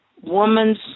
woman's